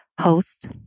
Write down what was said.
host